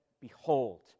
behold